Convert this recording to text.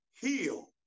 heal